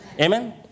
Amen